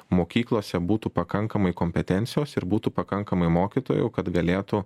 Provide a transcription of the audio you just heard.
mokyklose būtų pakankamai kompetencijos ir būtų pakankamai mokytojų kad galėtų